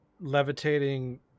levitating